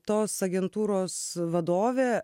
tos agentūros vadovė